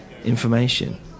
Information